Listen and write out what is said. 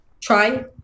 try